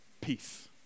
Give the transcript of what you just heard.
peace